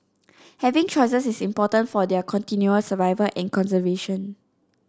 having choices is important for their continual survival and conservation